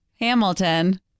Hamilton